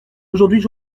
aujourd’hui